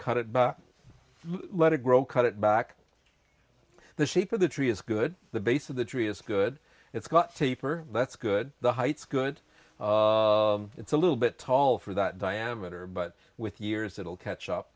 cut it by let it grow cut it back the shape of the tree is good the base of the tree is good it's got safer that's good the heights good it's a little bit tall for that diameter but with years it'll catch up